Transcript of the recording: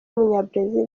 w’umunyabrazil